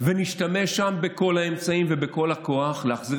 ונשתמש שם בכל האמצעים ובכל הכוח להחזיר